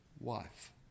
wife